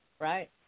Right